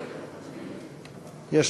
מס' 223, 225, 240, 244, 247, 279 ו-280.